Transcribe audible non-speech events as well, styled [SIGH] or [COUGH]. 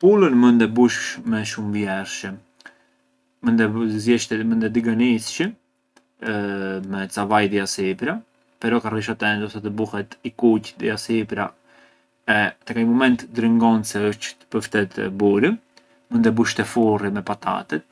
Pulën mënd e bush me shumë vjershe, mënd e ziesh- mënd e diganisësh me ca [HESITATION] vajë di asipra, però ka rrish attentu sa të buhet i kuqë di asipra e tek ai mument drëngon se ë pë ftetë burë; mënd e bush te furri me patatet